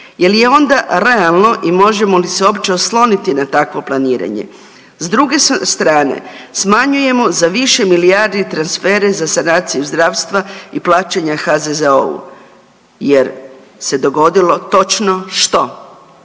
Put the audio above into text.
Jel je onda realno i možemo li se uopće osloniti na takvo planiranje? S druge strane smanjujemo za više milijardi transfere za sanaciju zdravstva i plaćanja HZZO-u jer se dogodilo točno što,